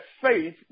faith